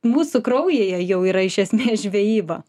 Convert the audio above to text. mūsų kraujyje jau yra iš esmės žvejyba